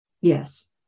Yes